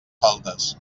faltes